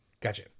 Gotcha